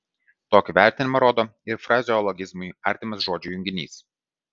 tokį vertinimą rodo ir frazeologizmui artimas žodžių junginys